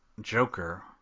Joker